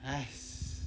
!hais!